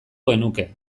genuke